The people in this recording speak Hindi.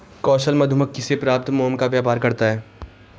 कौशल मधुमक्खी से प्राप्त मोम का व्यापार करता है